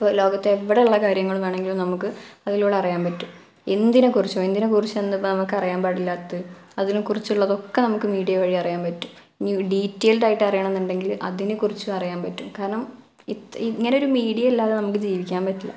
ഇപ്പോൾ ലോകത്ത് എവടെയുമുള്ള കാര്യങ്ങൾ വേണമെങ്കിലും നമുക്ക് അതിലൂടെ അറിയാൻ പറ്റും എന്തിനെ കുറിച്ചോ എന്തിനെ കുറിച്ചോ എന്ത് ഇപ്പം നമക്ക് അറിയാൻ പാടില്ലാത്ത അതിനെ കുറിച്ചുള്ളതൊക്കെ നമുക്ക് മീഡിയ വഴി അറിയാൻ പറ്റും ഇനി ഡീറ്റേയിൽഡായിട്ട് അറിയണമെന്നുണ്ടെങ്കിൽ അതിനെകുറിച്ചും അറിയാൻ പറ്റും കാരണം ഇങ്ങനെ ഒരു മീഡിയ ഇല്ലാതെ നമുക്ക് ജീവിക്കാൻ പറ്റില്ല